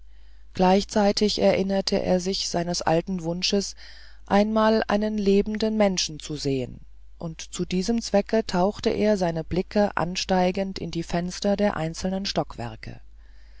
gleichzeitig erinnerte er sich seines alten wunsches einmal einen lebenden menschen zu sehen und zu diesem zwecke tauchten seine blicke ansteigend in die fenster der einzelnen stockwerke